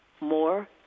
More